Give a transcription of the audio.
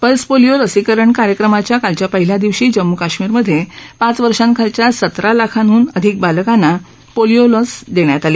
pulse polio लसीकरण कार्यक्रमाच्या कालच्या पहिल्या दिवशी जम्मू कश्मीरमधे पाच वर्षांखालच्या सतरा लाखांहून अधिक बालकांना पोलीओ लस देण्यात आली